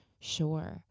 Sure